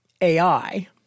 AI